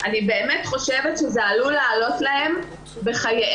אני באמת חושבת שזה עלול לעלות להן בחייהן.